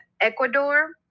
Ecuador